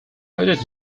did